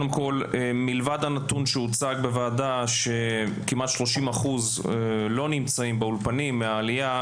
למד מהנתון שהוצג בוועדה שכמעט 30% לא נמצאים באולפנים מהעלייה,